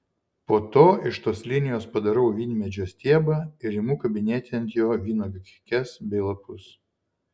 po to iš tos linijos padarau vynmedžio stiebą ir imu kabinėti ant jo vynuogių kekes bei lapus